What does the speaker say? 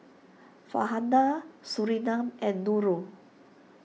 Farhanah Surinam and Nurul